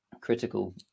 critical